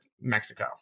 Mexico